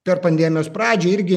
per pandemijos pradžią irgi